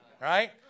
right